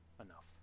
enough